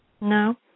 No